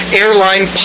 airline